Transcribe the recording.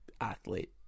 athlete